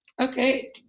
Okay